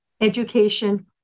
education